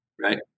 right